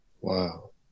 Wow